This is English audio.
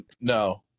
no